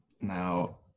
Now